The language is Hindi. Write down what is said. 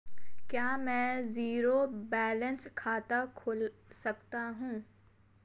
क्या मैं ज़ीरो बैलेंस खाता खोल सकता हूँ?